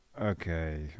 Okay